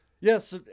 yes